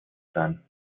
sein